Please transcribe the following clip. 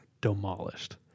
demolished